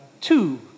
two